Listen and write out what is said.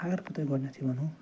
اگر بہٕ تۄہہِ گۄڈنٮ۪تھٕے ونہو